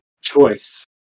choice